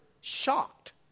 shocked